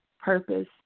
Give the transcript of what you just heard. purpose